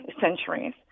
centuries